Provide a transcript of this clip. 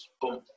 Boom